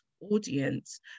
audience